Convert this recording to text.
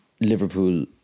Liverpool